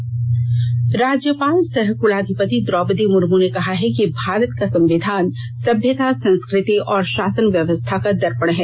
राज्यपाल राज्यपाल सह कुलाधिपति द्रौपदी मुर्मू ने कहा है कि भारत का संविधान सभ्यता संस्कृति और षासन व्यवस्था का दर्पण है